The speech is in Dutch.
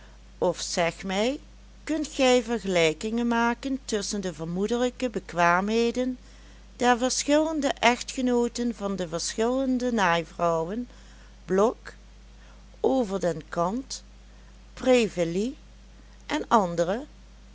of zeg mij kunt gij vergelijkingen maken tusschen de vermoedelijke bekwaamheden der verschillende echtgenooten van de verschillende naaivrouwen blok over den kant preveilie en andere